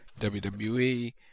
WWE